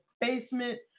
basement